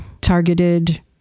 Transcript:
targeted